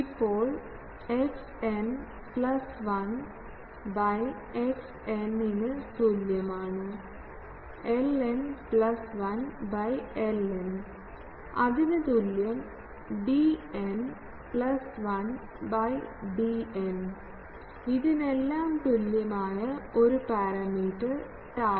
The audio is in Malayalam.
ഇപ്പോൾ xn 1 by xn ന് തുല്യമാണ് ln 1 by ln അതിന് തുല്യo dn 1 by dn ഇതിനെല്ലാം തുല്യമായ ഒരു പാര മീറ്റർ ടൌ